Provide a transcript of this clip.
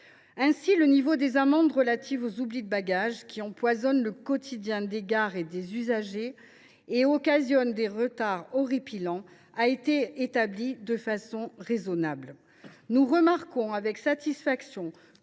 Ainsi, le niveau des amendes relatives aux oublis de bagages, qui empoisonnent le quotidien des usagers des gares et occasionnent des retards horripilants, a été établi de façon raisonnable. Nous remarquons avec satisfaction